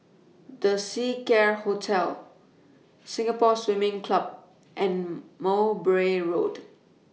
The Seacare Hotel Singapore Swimming Club and Mowbray Road